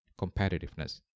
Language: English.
competitiveness